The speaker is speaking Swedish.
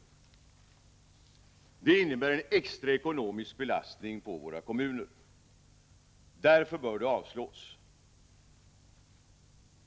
Det innebär en extra ekonomisk belastning på våra kommuner. Därför bör förslaget avslås.